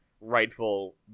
rightful